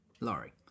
Laurie